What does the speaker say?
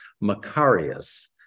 Macarius